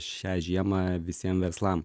šią žiemą visiem verslams